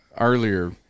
earlier